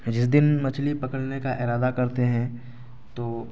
جس دن مچھلی پکڑنے کا ارادہ کرتے ہیں تو